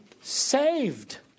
saved